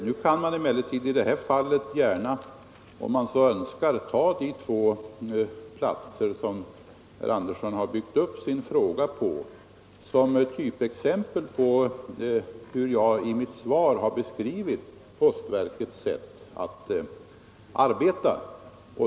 Nu kan man emellertid i detta fall gärna, om man så önskar, ta de två platser, som herr Andersson har byggt upp sin fråga på, såsom typexempel på hur jag i mitt svar har beskrivit postverkets sätt att arbeta.